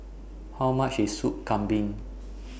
How much IS Soup Kambing